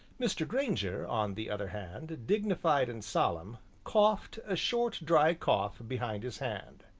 mr. grainger, on the other hand, dignified and solemn, coughed a short, dry cough behind his hand.